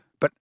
But